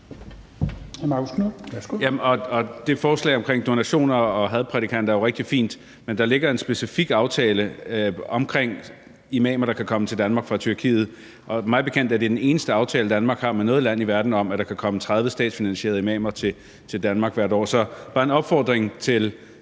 Det lovforslag om donationer og hadprædikanter er jo rigtig fint, men der ligger en specifik aftale om imamer, der kan komme til Danmark fra Tyrkiet, og mig bekendt er det den eneste aftale, Danmark har med noget land i verden, om, at der kan komme 30 statsfinansierede imamer til Danmark hvert år.